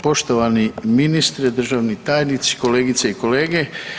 poštovani ministre, državni tajnici, kolegice i kolege.